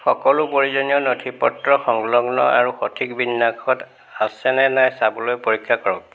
সকলো প্ৰয়োজনীয় নথিপত্ৰ সংলগ্ন আৰু সঠিক বিন্যাসত আছেনে নাই চাবলৈ পৰীক্ষা কৰক